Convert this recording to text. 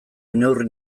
neurri